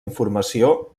informació